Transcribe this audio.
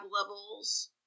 levels